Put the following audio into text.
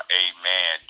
amen